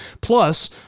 Plus